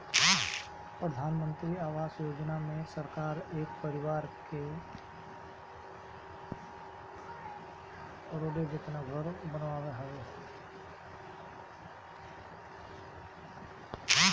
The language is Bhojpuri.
प्रधानमंत्री आवास योजना मे सरकार एक परिवार के रहे जेतना घर बनावत हवे